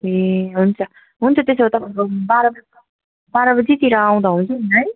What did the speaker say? ए हुन्छ हुन्छ त्यसो भए तपाईँको बाह्र बजी बाह्र बजीतिर आउँदा हुन्छ नि है